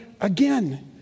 again